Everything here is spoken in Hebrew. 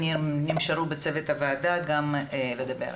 גם לדבר.